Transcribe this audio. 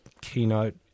keynote